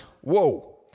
Whoa